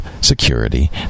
security